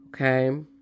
Okay